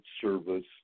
service